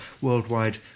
Worldwide